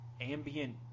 ambient